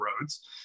roads